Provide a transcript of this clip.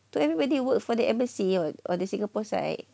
to everybody who work for the embassy on the singapore side